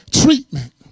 treatment